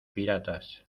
piratas